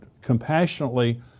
compassionately